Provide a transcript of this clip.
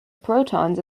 protons